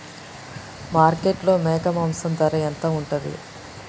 మార్కెట్లో మేక మాంసం ధర ఎంత ఉంటది?